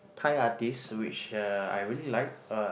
Thai artist which uh I really like uh